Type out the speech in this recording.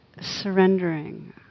surrendering